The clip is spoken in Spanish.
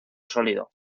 sólido